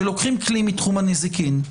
שלוקחים כלי מתחום הנזיקין.